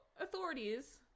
authorities